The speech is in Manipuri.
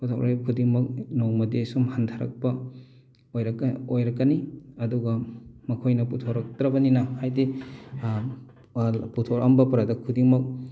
ꯄꯨꯊꯣꯔꯛꯂꯤꯕ ꯈꯨꯗꯤꯡꯃꯛ ꯅꯣꯡꯃꯗꯤ ꯁꯨꯝ ꯍꯟꯊꯔꯛꯄ ꯑꯣꯏꯔꯛ ꯑꯣꯏꯔꯛꯀꯅꯤ ꯑꯗꯨꯒ ꯃꯈꯣꯏꯅ ꯄꯨꯊꯣꯔꯛꯇ꯭ꯔꯕꯅꯤꯅ ꯍꯥꯏꯗꯤ ꯄꯨꯊꯣꯛꯑꯝꯕ ꯄ꯭ꯔꯗꯛ ꯈꯨꯗꯤꯡꯃꯛ